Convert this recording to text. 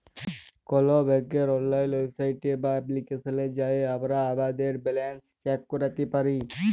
call ব্যাংকের অললাইল website বা এপ্লিকেশলে যাঁয়ে আমরা আমাদের ব্যাল্যাল্স চ্যাক ক্যইরতে পারি